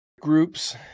groups